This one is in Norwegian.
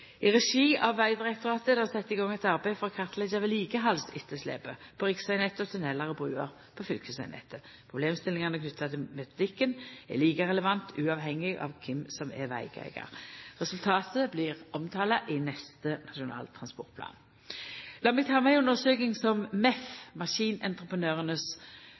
I regi av Vegdirektoratet er det sett i gang eit arbeid for å kartleggja vedlikehaldsetterslepet på riksvegnettet, tunnelar og bruer på fylkesvegnettet. Problemstillingane knytte til metodikken er like relevante, uavhengig av kven som er vegeigar. Resultatet blir omtalt i neste Nasjonal transportplan. Lat meg ta med ei undersøking som MEF – Maskinentreprenørenes